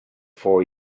for